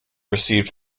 received